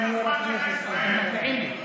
הם מפריעים לי.